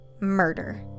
murder